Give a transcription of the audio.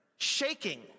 Shaking